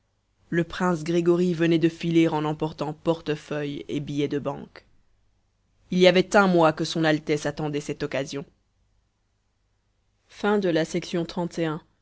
le prince grégory venait de filer en emportant portefeuille et billets de banque il y avait un mois que son altesse attendait cette occasion